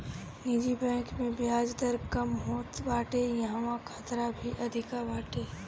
निजी बैंक में बियाज दर कम होत बाटे इहवा खतरा भी अधिका बाटे